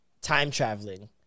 time-traveling